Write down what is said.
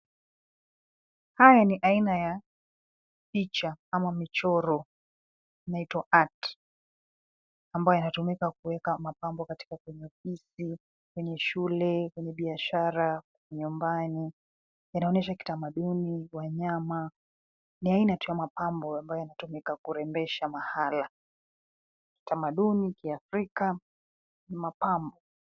Haya ni aina ya picha ama michoro inaitwa (cs)art(cs) ambayo yanatumikwa kuweka mapambo katika ofisi, shule, biashara, nyumbani. Inaonyesha kitamaduni, wanyama, ni aina tu ya mapambo ambayo yanatumika kurembesha mahala. Kitamaduni kiafrika ni mapambo.